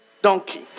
donkey